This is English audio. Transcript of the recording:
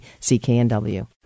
CKNW